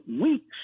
weeks